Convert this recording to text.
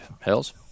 Hells